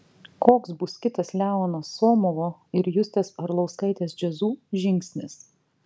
koks bus kitas leono somovo ir justės arlauskaitės jazzu žingsnis